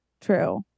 True